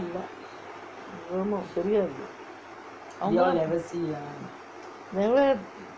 இல்லே:illae don't know தெரியாது:teriyaathu never